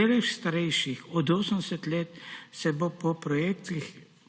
Delež, starejših od 80 let, se bo po projekcijah